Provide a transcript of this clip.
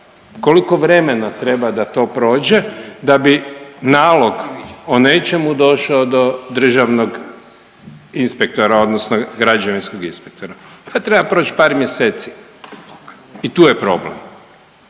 Koliko vremena treba da to prođe da bi nalog o nečemu došao do državnog inspektora odnosno građevinskog inspektora? Pa treba proć par mjeseci i tu je problem.